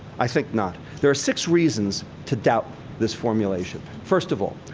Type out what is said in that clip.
i think not. there are six reasons to doubt this formulation. first of all,